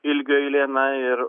ilgio eilė na ir